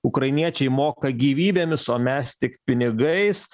ukrainiečiai moka gyvybėmis o mes tik pinigais